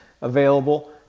available